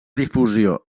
difusió